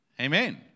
Amen